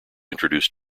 introduce